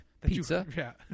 pizza